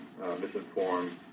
misinformed